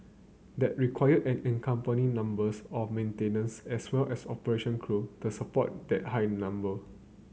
that require an accompanying numbers of maintenance as well as operation crew to support that higher number